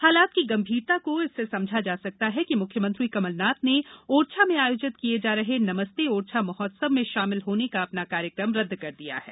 हालात की गंभीरता को इससे समझा जा सकता है कि मुख्यमंत्री कमलनाथ ने ओरछा में आयोजित किये जा रहे नमस्ते ओरछा महोत्सव में शामिल होने का अपना कार्यक्रम रदद कर दिया है